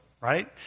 right